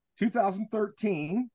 2013